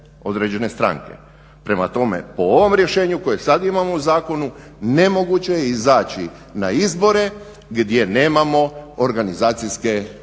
Prema tome po ovom rješenju koje sada imamo u zakonu nemoguće je izaći na izbore gdje nemamo organizacijske oblike